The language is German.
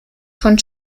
von